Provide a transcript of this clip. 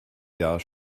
jahr